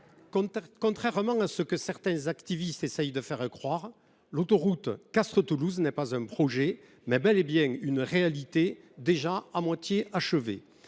contrairement à ce que certains activistes tentent de faire croire, l’autoroute Castres Toulouse n’est pas un projet, mais bel et bien une réalité : elle est déjà à moitié achevée.